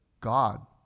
god